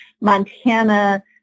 Montana